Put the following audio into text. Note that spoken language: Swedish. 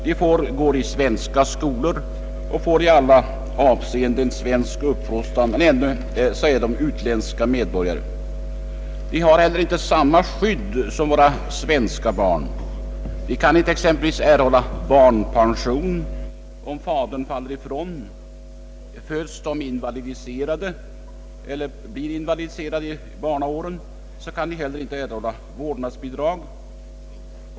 De går i svenska skolor och får i alla avseenden svensk uppfostran, men är ändå utländska medborgare. De har inte heller samma skydd som de svenska barnen. De kan exempelvis inte erhålla barnpension om fadern faller ifrån. Om de föds som invalider eller blir invalidiserade i barnaåren, kan de heller inte erhålla vårdnadsbidrag.